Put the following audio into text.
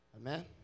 Amen